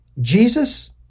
Jesus